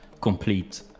complete